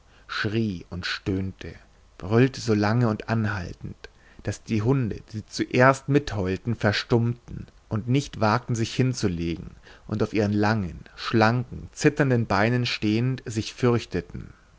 schrie und stöhnte brüllte so lange und anhaltend daß die hunde die zuerst mitheulten verstummten und nicht wagten sich hinzulegen und auf ihren langen schlanken zitternden beinen stehend sich fürchteten